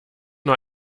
nur